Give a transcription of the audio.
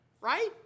right